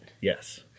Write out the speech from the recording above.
Yes